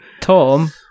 Tom